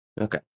Okay